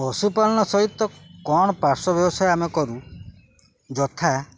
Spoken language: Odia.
ପଶୁପାଳନ ସହିତ କ'ଣ ପାର୍ଶ୍ଵ ବ୍ୟବସାୟ ଆମେ କରୁ ଯଥା